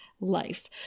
life